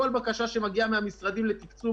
כל בקשה שמגיעה מן המשרדים לתקצוב,